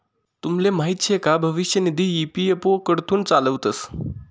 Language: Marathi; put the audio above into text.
तुमले माहीत शे का भविष्य निधी ई.पी.एफ.ओ कडथून चालावतंस